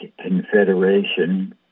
Confederation